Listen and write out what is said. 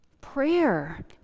prayer